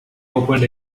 opened